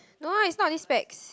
no lah is not this specs